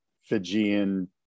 Fijian